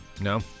No